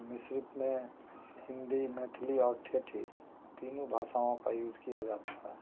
मिश्रित में हिन्दी मैथिली और ठेठी तीनों भाषाओं का यूज किया जाता है